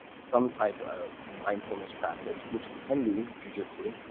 some type of mindfulness practice, which can be jiu-jitsu,